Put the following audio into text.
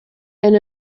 and